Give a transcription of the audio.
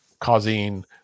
causing